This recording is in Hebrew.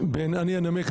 אני אנמק.